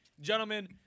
Gentlemen